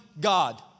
God